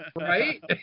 Right